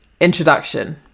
introduction